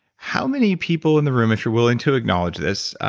how many people in the room, if you're willing to acknowledge this,